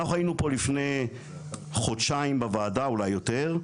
אנחנו היינו פה בוועדה לפני חודשיים, אולי יותר.